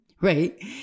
right